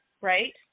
right